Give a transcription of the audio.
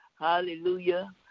hallelujah